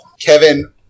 Kevin